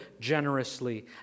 generously